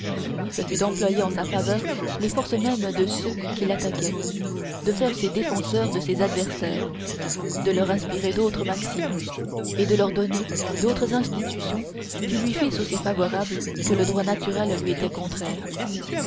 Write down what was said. ce fut d'employer en sa faveur les forces mêmes de ceux qui l'attaquaient de faire ses défenseurs de ses adversaires de leur inspirer d'autres maximes et de leur donner d'autres institutions qui lui fussent aussi favorables que le droit naturel lui était contraire